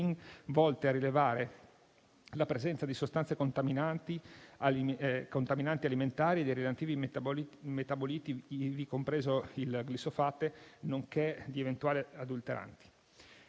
volte a rilevare la presenza di sostanze contaminanti alimentari e dei relativi di metaboliti, ivi compreso il glifosato, nonché di eventuali adulteranti.